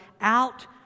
out